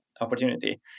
opportunity